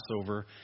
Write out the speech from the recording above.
Passover